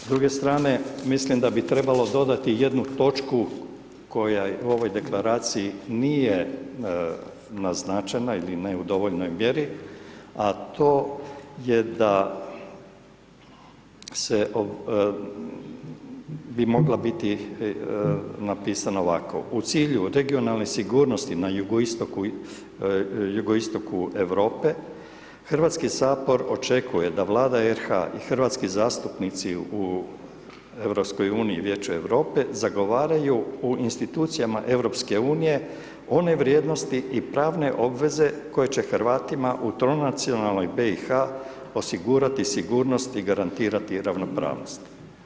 S druge strane mislim da bi trebalo dodati jednu točku koja u ovoj deklaracija nije naznačena ili ne u dovoljnoj mjeri a to je da bi mogla biti napisana u ovako: u cilju regionalne sigurnosti na jugoistoku Europe, Hrvatski sabor očekuje da Vlada RH i hrvatski zastupnici u EU-u i Vijeću Europe zagovaraju u institucijama EU-a one vrijednosti i pravne obveze koje će Hrvatima u toj nacionalnoj BiH-a osigurati sigurnost i garantirati ravnopravnost“